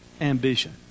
ambition